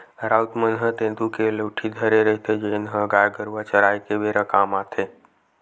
राउत मन ह तेंदू के लउठी धरे रहिथे, जेन ह गाय गरुवा चराए के बेरा काम म आथे